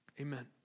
Amen